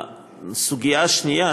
הסוגיה השנייה,